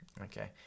Okay